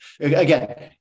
Again